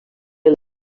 pel